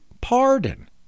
pardon